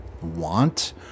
want